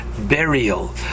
burial